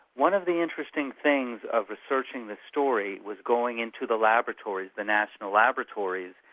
one of the interesting things of researching this story was going into the laboratories, the national laboratories,